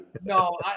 No